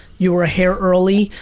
you're a hair early,